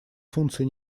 функций